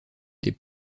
des